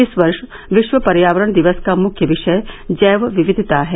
इस वर्ष विश्व पर्यावरण दिवस का मुख्य विषय जैव विविधता है